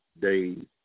days